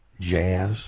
jazz